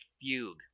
Fugue